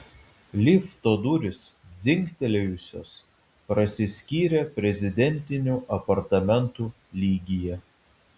lifto durys dzingtelėjusios prasiskyrė prezidentinių apartamentų lygyje